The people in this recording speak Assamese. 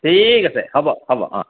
ঠিক আছে হ'ব হ'ব অঁ